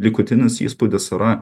likutinis įspūdis yra